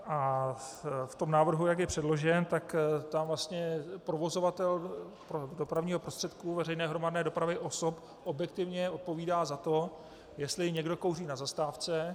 V návrhu, jak je předložen, tam provozovatel dopravního prostředku veřejné hromadné dopravy osob objektivně odpovídá za to, jestli někdo kouří na zastávce.